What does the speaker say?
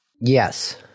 Yes